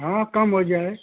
हाँ कम हो जाए